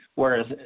whereas